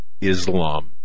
Islam